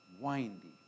windy